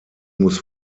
muss